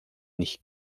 nicht